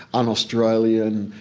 un-australian.